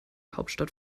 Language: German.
hauptstadt